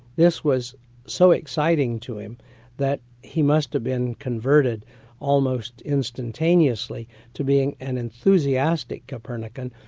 this was so exciting to him that he must've been converted almost instantaneously to being an enthusiastic copernican,